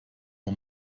uhr